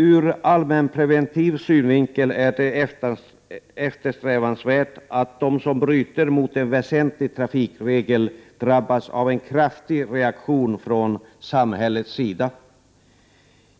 Ur allmänpreventiv synvinkel är det eftersträvansvärt att de som bryter mot en väsentlig trafikregel drabbas av en kraftig reaktion från samhällets sida.